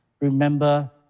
remember